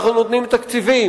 אנחנו נותנים תקציבים,